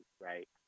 right